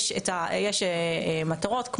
יש מטרות,